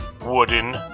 wooden